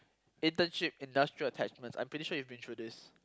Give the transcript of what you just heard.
internship industrial attachments I'm pretty sure you've been through this